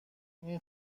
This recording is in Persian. این